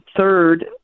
Third